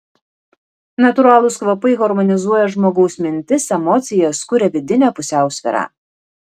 natūralūs kvapai harmonizuoja žmogaus mintis emocijas kuria vidinę pusiausvyrą